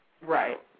Right